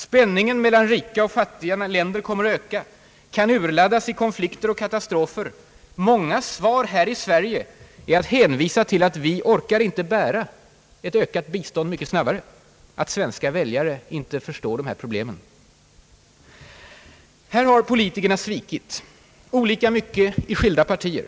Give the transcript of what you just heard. Spänningen mellan rika och fattiga länder kan komma att öka och urladdas i konflikter och katastrofer — mångas svar i Sverige är att hänvisa till att vi inte orkar bära ett ökat bistånd mycket snabbare, att svenska väljare inte förstår de här problemen. Här har politikerna svikit — olika mycket i skilda partier.